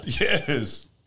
yes